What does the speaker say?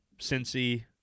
Cincy